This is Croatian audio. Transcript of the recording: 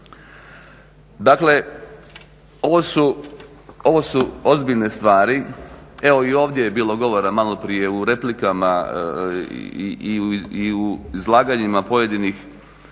Dakle, ovo su ozbiljne stvari. Evo i ovdje je bilo govora maloprije u replikama i u izlaganjima pojedinih